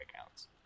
accounts